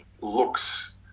looks